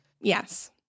Yes